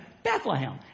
Bethlehem